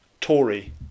Tory